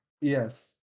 Yes